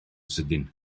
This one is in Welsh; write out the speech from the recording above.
sydyn